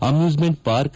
amusement park